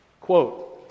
Quote